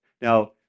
Now